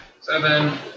Seven